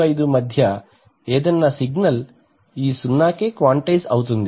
125 మధ్య ఏదైనా సిగ్నల్ ఈ 0 కి క్వాంటైజ్ అవుతుంది